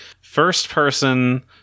first-person